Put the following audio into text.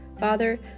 Father